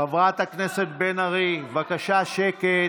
חברת הכנסת בן ארי, בבקשה שקט.